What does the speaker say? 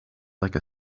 like